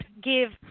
give